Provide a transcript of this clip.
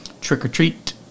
trick-or-treat